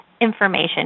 information